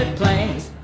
plans!